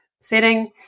setting